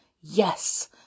Yes